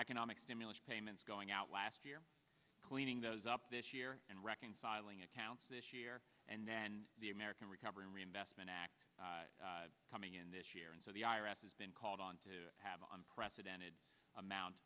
economic stimulus payments going out last year cleaning those up this year and reconciling accounts this year and the american recovery and reinvestment act coming in this year and so the i r s has been called on to have an unprecedented amount